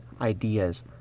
ideas